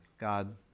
God